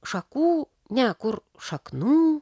šakų ne kur šaknų